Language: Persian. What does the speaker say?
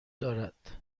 دارد